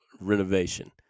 renovation